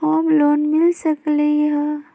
Home loan मिल सकलइ ह?